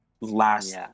last